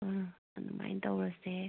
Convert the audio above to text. ꯑꯥ ꯑꯗꯨꯃꯥꯏꯅ ꯇꯧꯔꯁꯦ